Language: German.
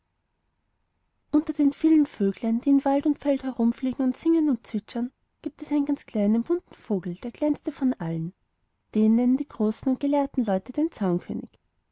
unter den vielen vöglein die in wald und feld herumfliegen und singen und zwitschern gibt es einen ganzen kleinen bunten vogel der kleinste von allen den nennen die großen und gelehrten leute den zaunkönig